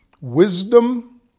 wisdom